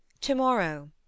to-morrow